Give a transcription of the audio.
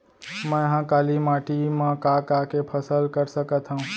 मै ह काली माटी मा का का के फसल कर सकत हव?